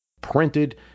printed